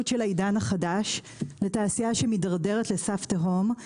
של העידן החדש לתעשייה שמתדרדרת לסף תהום,